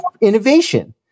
innovation